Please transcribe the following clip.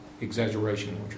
exaggeration